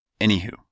Anywho